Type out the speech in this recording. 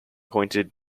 pointed